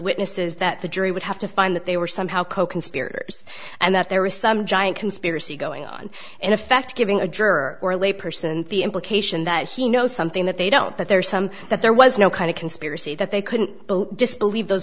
witnesses that the jury would have to find that they were somehow coconspirators and that there was some giant conspiracy going on in effect giving a juror or lay person the implication that he knows something that they don't that there are some that there was no kind of conspiracy that they couldn't disbelieve those